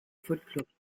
folkloriques